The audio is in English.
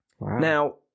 Now